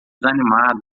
animados